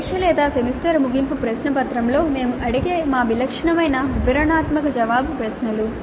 పరీక్ష లేదా సెమిస్టర్ ముగింపు ప్రశ్నపత్రంలో మేము అడిగే మా విలక్షణమైన వివరణాత్మక జవాబు ప్రశ్నలు